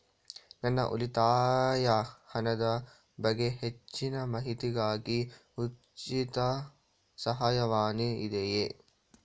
ನನ್ನ ಉಳಿತಾಯ ಹಣದ ಬಗ್ಗೆ ಹೆಚ್ಚಿನ ಮಾಹಿತಿಗಾಗಿ ಉಚಿತ ಸಹಾಯವಾಣಿ ಇದೆಯೇ?